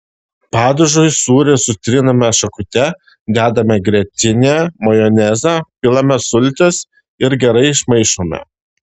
padažui sūrį sutriname šakute dedame grietinę majonezą pilame sultis ir gerai išmaišome